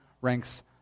ranks